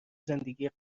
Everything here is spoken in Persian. زندگی